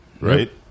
right